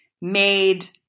made